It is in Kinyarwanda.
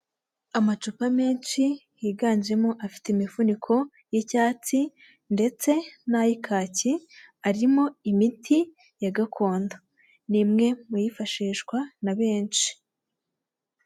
Amacupa menshi higanjemo afite imifuniko y'icyatsi ndetse n'ay'ikaki arimo imiti ya gakondo. Ni imwe mu yifashishwa na benshi.